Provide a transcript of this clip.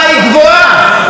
עד כמה היא גבוהה.